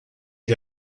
ele